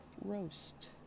roast